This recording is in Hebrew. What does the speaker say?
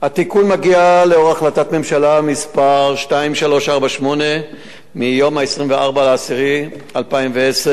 התיקון מגיע לאור החלטת ממשלה מס' 2348 מיום 24 באוקטובר 2010,